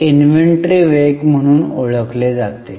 हे इन्व्हेंटरी वेग म्हणून ओळखले जाते